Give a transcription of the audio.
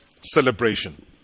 celebration